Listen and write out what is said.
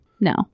No